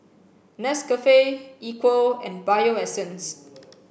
Nescafe Equal and Bio Essence